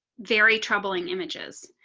very troubling images.